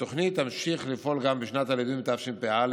התוכנית תמשיך לפעול גם בשנת הלימודים תשפ"א,